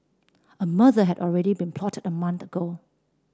a murder had already been plotted a month ago